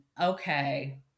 Okay